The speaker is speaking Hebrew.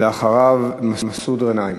אחריו, מסעוד גנאים.